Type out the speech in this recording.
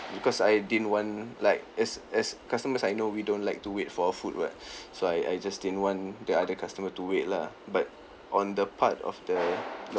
because I didn't want like as as customers I know we don't like to wait for our food [what] so I I just didn't want the other customer to wait lah but on the part of the